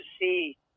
see